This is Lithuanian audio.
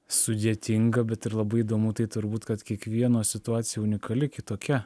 sudėtinga bet ir labai įdomu tai turbūt kad kiekvieno situacija unikali kitokia